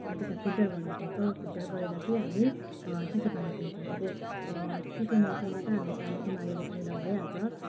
त्यसलाई फिल्टर गर्ने गर्छौँ फिल्टर गरेर चाहिँ हामी चिसो पानी पिउँछौँ अब चिसो मौसममा त हामी पानी उमालेर पिउँदा भइहाल्छ